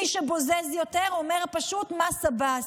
מי שבוזז יותר אומר פשוט: מס עבאס.